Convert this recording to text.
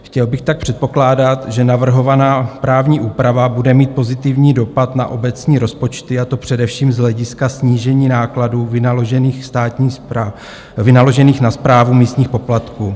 Chtěl bych tak předpokládat, že navrhovaná právní úprava bude mít pozitivní dopad na obecní rozpočty, a to především z hlediska snížení nákladů vynaložených na správu místních poplatků.